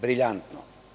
Briljantno.